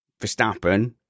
Verstappen